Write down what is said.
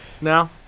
now